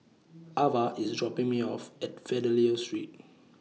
Avah IS dropping Me off At Fidelio Street